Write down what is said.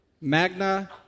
magna